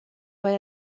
باید